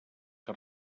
que